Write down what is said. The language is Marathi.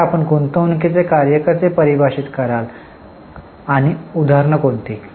आता आपण गुंतवणूकीचे कार्य कसे परिभाषित कराल आणि उदाहरणे कोणती